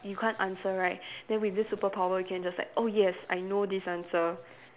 you can't answer right then with this superpower you can just like oh yes I know this answer